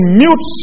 mute